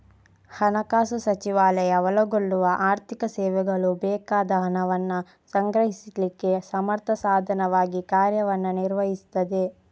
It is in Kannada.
ಹಣಕಾಸು ಸಚಿವಾಲಯ ಒಳಗೊಳ್ಳುವ ಆರ್ಥಿಕ ಸೇವೆಗಳು ಬೇಕಾದ ಹಣವನ್ನ ಸಂಗ್ರಹಿಸ್ಲಿಕ್ಕೆ ಸಮರ್ಥ ಸಾಧನವಾಗಿ ಕಾರ್ಯವನ್ನ ನಿರ್ವಹಿಸ್ತದೆ